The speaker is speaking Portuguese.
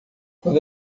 quando